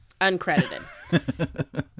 uncredited